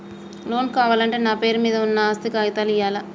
Loan కావాలంటే నా పేరు మీద ఉన్న ఆస్తి కాగితాలు ఇయ్యాలా?